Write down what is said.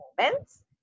moments